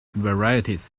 varieties